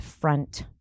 front